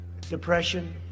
depression